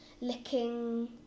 licking